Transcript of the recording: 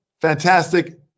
fantastic